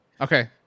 okay